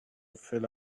fill